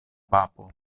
papo